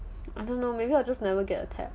I don't know maybe I'll just never get attached